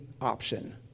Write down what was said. option